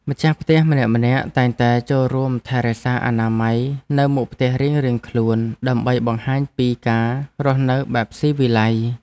ម្ចាស់ផ្ទះម្នាក់ៗតែងតែចូលរួមថែរក្សាអនាម័យនៅមុខផ្ទះរៀងៗខ្លួនដើម្បីបង្ហាញពីការរស់នៅបែបស៊ីវិល័យ។